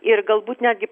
ir galbūt netgi